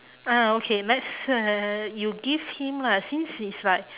ah okay let's uh you give him lah since he's like